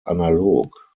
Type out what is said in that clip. analog